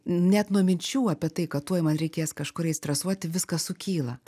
net nuo minčių apie tai kad tuoj man reikės kažkur eit stresuoti viskas sukyla